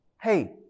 Hey